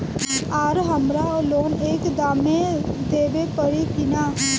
आर हमारा लोन एक दा मे देवे परी किना?